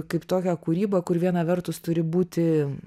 kaip tokią kūrybą kur viena vertus turi būti